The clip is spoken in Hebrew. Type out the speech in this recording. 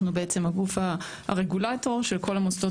אנחנו בעצם הרגולטור של כל המוסדות